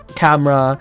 camera